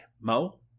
Mo